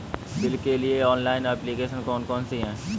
Bill के लिए online application कौन कौन सी हैं?